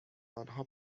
آنها